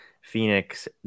Phoenix